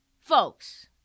Folks